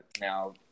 now